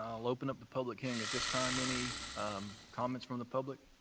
i will open up the public hearing at this time. any comments from the public?